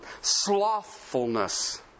slothfulness